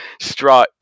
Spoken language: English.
straw